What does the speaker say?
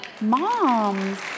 moms